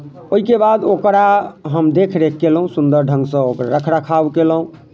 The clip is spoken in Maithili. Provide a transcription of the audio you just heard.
ओहिके बाद ओकरा हम देखरेख कयलहुँ सुन्दर ढङ्गसँ ओकरा रख रखाव कयलहुँ